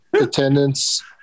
attendance